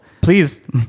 please